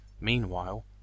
meanwhile